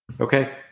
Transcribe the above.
okay